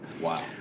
Wow